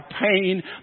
pain